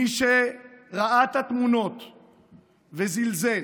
מי שראה את התמונות וזלזל,